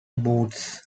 boots